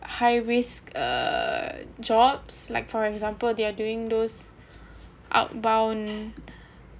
high risk uh jobs like for example they are doing those outbound